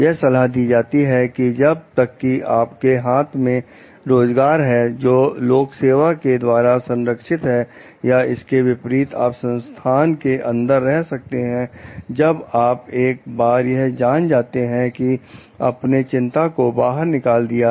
यह सलाह दी जाती है कि जब तक की आपके हाथ में रोजगार है जो लोक सेवा के द्वारा संरक्षित है या इसके विपरीत आप संस्थान के अंदर रह सकते हैं जब आप एक बार यह जान जाते हैं की आपने चिंता को बाहर निकाल दिया है